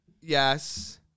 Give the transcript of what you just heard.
Yes